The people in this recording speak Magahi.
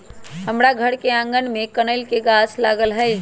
हमर घर के आगना में कनइल के गाछ लागल हइ